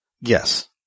Yes